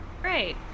Great